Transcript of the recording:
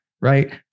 right